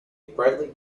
brightly